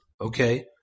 Okay